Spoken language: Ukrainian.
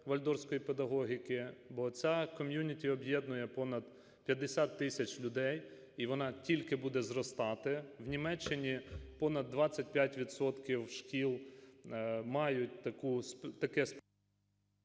вальдорфської педагогіки, бо ця комьюніті об'єднує понад 50 тисяч людей, і вона тільки буде зростати. В Німеччині понад 25 відсотків шкіл мають таке… ГОЛОВУЮЧИЙ.